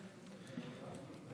נס פורים היה בשושן.